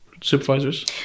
supervisors